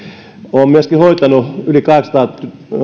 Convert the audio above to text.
olen myöskin hoitanut työurani aikana yli kahdeksansataa